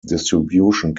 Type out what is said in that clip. distribution